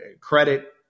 credit